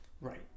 Right